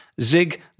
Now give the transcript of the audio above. Zig